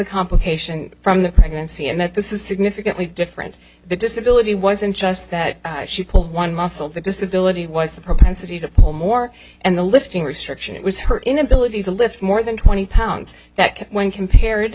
complication from the pregnancy and that this is significantly different the disability wasn't just that she pulled one muscle the disability was the propensity to pull more and the lifting restriction it was her inability to lift more than twenty pounds that when compared